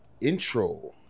Intro